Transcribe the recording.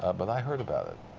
ah but i heard about it.